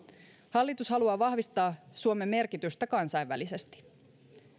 hallitus haluaa vahvistaa suomen merkitystä kansainvälisesti